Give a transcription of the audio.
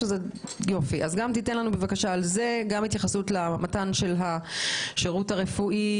תיתן לנו בבקשה התייחסות לשירות הרפואי,